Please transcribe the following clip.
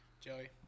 Joey